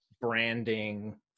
branding